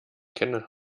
kenne